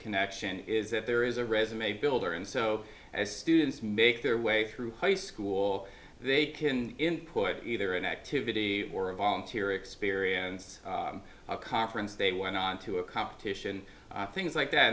connection is that there is a resume builder and so as students make their way through high school they can input either an activity or a volunteer experience conference they went on to a competition things like that